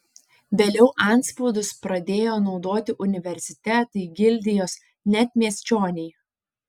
vėliau antspaudus pradėjo naudoti universitetai gildijos net miesčioniai